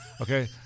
Okay